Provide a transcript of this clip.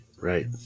right